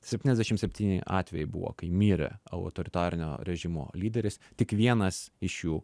septyniasdešim septyni atvejai buvo kai mirė autoritarinio režimo lyderis tik vienas iš jų